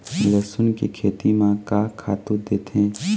लेसुन के खेती म का खातू देथे?